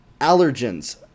allergens